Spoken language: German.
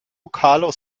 carlos